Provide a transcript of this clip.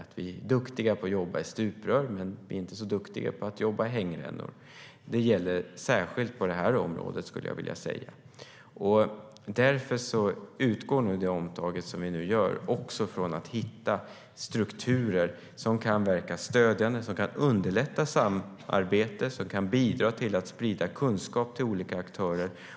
Vi är duktiga på att jobba i stuprör men inte så duktiga på att jobba i hängrännor. Det gäller särskilt på det här området, skulle jag vilja säga. Därför utgår det omtag som vi nu gör från att hitta strukturer som kan verka stödjande, som kan underlätta samarbete, som kan bidra till att sprida kunskap till olika aktörer.